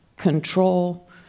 control